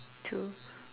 two